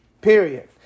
period